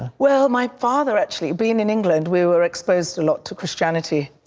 well, my father, actually being in england, we were exposed a lot to christianity.